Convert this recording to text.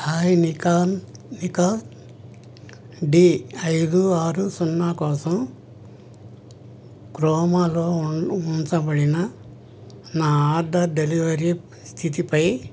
hi Nikon Nikon D ఐదు ఆరు సున్నా కోసం క్రోమాలో ఉం ఉంచబడిన నా ఆర్డర్ డెలివరీ స్థితిపై